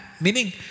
meaning